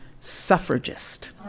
suffragist